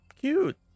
Cute